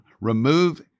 remove